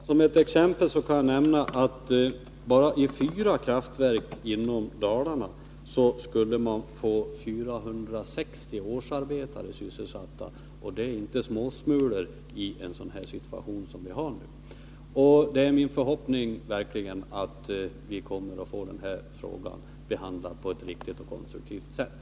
Herr talman! Som ett exempel kan jag nämna att bara vid fyra kraftverk i Dalarna skulle man få 460 årsarbetare sysselsatta, och det är inte småsmulor i en sådan situation som vi har nu. Det är verkligen min förhoppning att vi kommer att få denna fråga behandlad på ett riktigt och konstruktivt sätt.